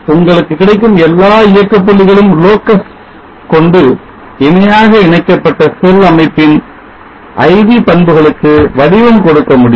உங்களுக்கு கிடைக்கும் எல்லா இயக்கப் புள்ளிகளின் locus கொண்டு இணையாக இணைக்கப்பட்ட செல் அமைப்பின் IV பண்புகளுக்கு வடிவம் கொடுக்க முடியும்